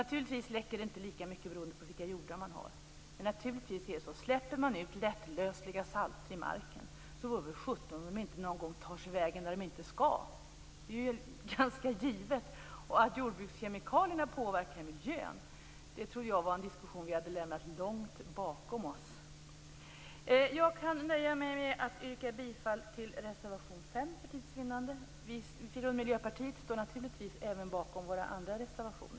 Naturligtvis läcker det inte lika mycket överallt, beroende på vilka jordar man har. Men naturligtvis är det så att om man släpper ut lättlösliga salter i marken, så vore det väl sjutton om de inte någon gång tar sig en väg som de inte skall. Det är ju ganska givet. Att jordbrukskemikalierna påverkar miljön, trodde jag var en diskussion som vi hade lämnat långt bakom oss. Jag nöjer mig för tids vinnande med att yrka bifall till reservation 5. Vi i Miljöpartiet står naturligtvis även bakom våra andra reservationer.